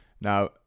Now